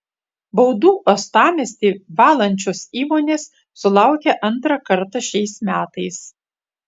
baudų uostamiestį valančios įmonės sulaukia antrą kartą šiais metais